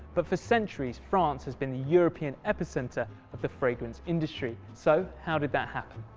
but for centuries france has been the european epicenter of the fragrance industry. so how did that happen?